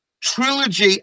trilogy